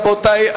רבותי,